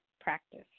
practice